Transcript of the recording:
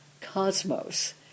cosmos